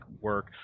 work